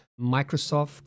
Microsoft